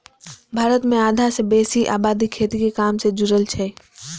भारत मे आधा सं बेसी आबादी खेती के काम सं जुड़ल छै